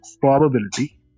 probability